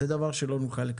זה דבר שלא נוכל.